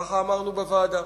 כך אמרנו לוועדה,